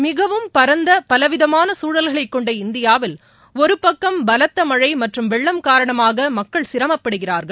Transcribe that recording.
மிகவும் பரந்தபலவிதமானசூழல்களைக் கொண்ட இந்தியாவில் ஒருபக்கம் பலத்தமழைமற்றும் வெள்ளம் காரணமாகமக்கள் சிரமப்படுகிறார்கள்